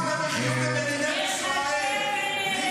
לא בעוד ארבעה דורות ולא בעוד שבעה דורות.